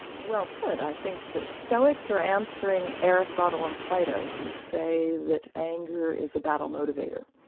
well put. i think that stoics are answering aristotle and plato who say that anger is a battle motivator,